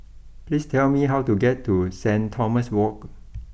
please tell me how to get to Saint Thomas walk